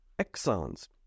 exons